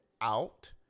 out